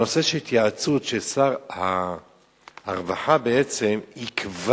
הנושא של התייעצות, ששר הרווחה בעצם יקבע